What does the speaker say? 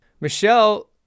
Michelle